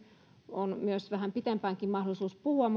on myös vähän pitempäänkin mahdollisuus puhua